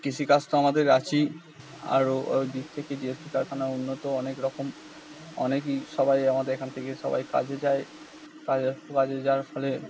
কৃষিকাজ তো আমাদের আছেই আরও ও দিক থেকে ডি এস পি কারখানা উন্নত অনেক রকম অনেকই সবাই আমাদের এখান থেকে সবাই কাজে যায় কাজে যাওয়ার ফলে